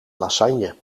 lasagne